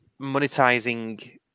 monetizing